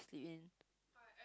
sleep in